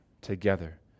together